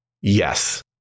yes